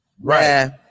right